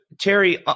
Terry